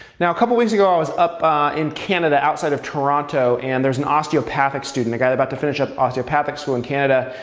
now, a couple of weeks ago, i was up in canada, outside of toronto, and there's an osteopathic student, a guy about to finish up osteopathic school in canada,